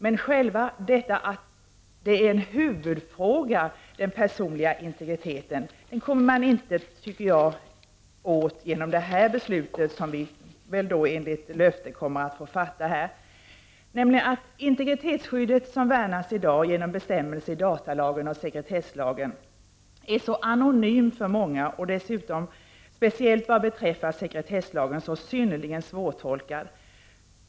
Men själva huvudfrågan som jag ser det, nämligen den personliga integriteten, kommer man inte åt genom det beslut som vi, enligt statsrådets löfte, kommer att fatta här i riksdagen. Integritetsskyddet värnas i dag genom bestämmelser i datalagen och se kretesslagen. Men dessa bestämmelser är för många i hög grad anonyma och, detta gäller speciellt sekretesslagen, synnerligen svårtolkade.